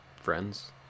friends